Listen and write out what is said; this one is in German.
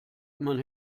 man